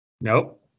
Nope